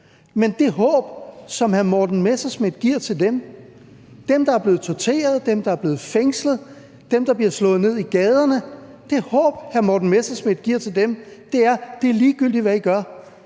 Men det håb, som hr. Morten Messerschmidt giver dem – dem, der er blevet torteret, dem, der er blevet fængslet, dem, der bliver slået ned i gaderne – er, at det er ligegyldigt, hvad de gør;